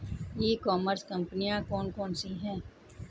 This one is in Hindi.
ई कॉमर्स कंपनियाँ कौन कौन सी हैं?